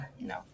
No